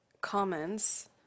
comments